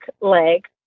leg